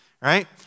right